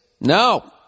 No